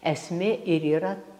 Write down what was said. esmė ir yra